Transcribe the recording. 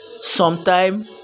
sometime